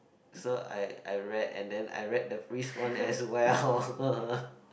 so I I read and then I read the priest one as well